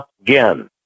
again